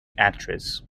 actress